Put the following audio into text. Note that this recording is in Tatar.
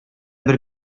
бер